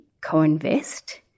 co-invest